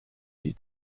die